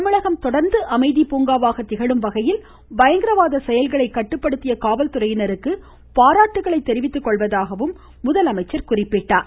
தமிழகம் தொடர்ந்து அமைதி பூங்காவாக திகழும் வகையில் பயங்கரவாத செயல்களை கட்டுப்படுத்திய காவல்துறைக்கு பாராட்டுக்களை தெரிவித்துக் கொள்வதாகவும் அவர் கூறினார்